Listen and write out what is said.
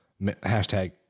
Hashtag